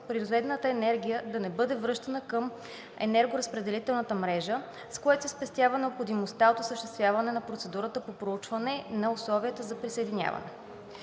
произведената енергия да не бъде връщана към електроразпределителната мрежа, с което се спестява необходимостта от осъществяване на процедурата по проучване на условията за присъединяване.